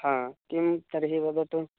हा किं तर्हि वदतु